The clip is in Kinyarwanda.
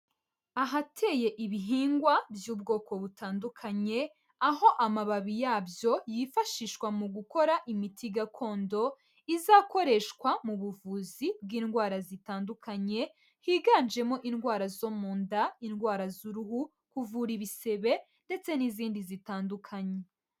Ahateye ibihingwa by'ubwoko butandukanye aho amababi yabyo yifashishwa mu gukora imiti gakondo, izakoreshwa mu buvuzi bw'indwara zitandukanye, higanjemo indwara zo mu nda, indwara z'uruhu, kuvura ibisebe ndetse n'izindi zitandukanye.